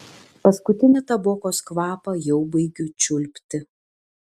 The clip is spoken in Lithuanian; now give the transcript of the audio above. paskutinį tabokos kvapą jau baigiu čiulpti